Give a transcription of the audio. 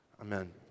Amen